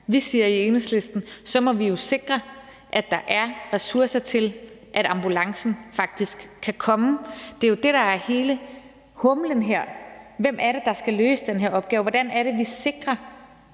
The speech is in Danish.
Vi siger i Enhedslisten: Så må vi jo sikre, at der er ressourcer til, at ambulancen faktisk kan komme. Det er jo det, der er hele humlen her. Hvem er det, der skal løse den her opgave? Hvordan er det, vi sikrer,